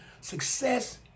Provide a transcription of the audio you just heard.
Success